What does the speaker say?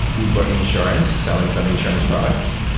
uber insurance, selling some insurance products.